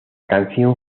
canción